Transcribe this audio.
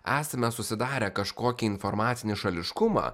esame susidarę kažkokį informacinį šališkumą